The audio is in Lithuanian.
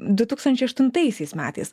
du tūkstančiai aštuntaisiais metais